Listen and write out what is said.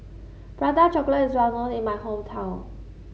Prata Chocolate is well known in my hometown